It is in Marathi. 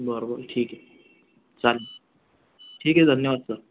बरं बरं ठीक आहे चालेल ठीक आहे सर धन्यवाद सर